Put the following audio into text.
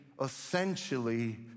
essentially